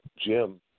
Jim